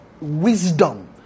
wisdom